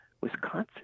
Wisconsin